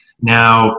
now